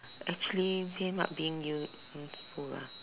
actually not being useful lah